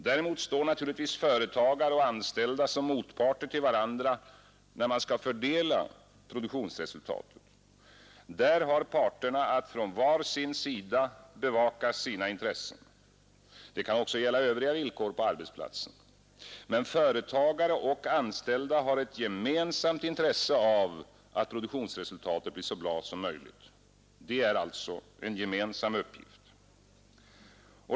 Däremot står naturligtvis företagare och anställda som motparter till varandra vid fördelningen av produktionsresultatet. Där har parterna att från var sin sida bevaka sina intressen. Det kan också gälla övriga villkor på arbetsplatsen. Men företagare och anställda har ett gemensamt intresse av att produktionsresultatet blir så bra som möjligt. Det är en gemensam uppgift.